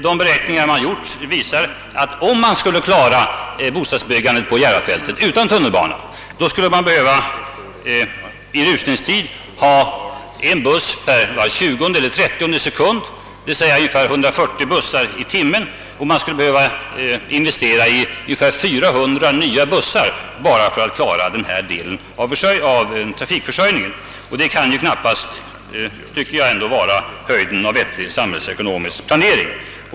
De beräkningar som gjorts visar att om man bygger bostäder på Järvafältet utan att bygga tunnelbana, då behövs i rusningstid en buss var 20:e eller 30:e sekund, d.v.s, ungefär 140 bussar i timmen, och man skulle behöva anskaffa ungefär 400 nya bussar för att klara den delen av trafikförsörjningen. Detta kan knappast vara höjden av vettig samhällsekonomisk planering.